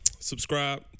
subscribe